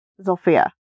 Zofia